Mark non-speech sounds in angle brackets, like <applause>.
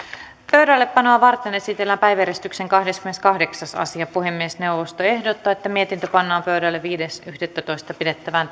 pöydällepanoa varten esitellään päiväjärjestyksen kahdeskymmeneskahdeksas asia puhemiesneuvosto ehdottaa että mietintö pannaan pöydälle viides yhdettätoista kaksituhattaviisitoista pidettävään <unintelligible>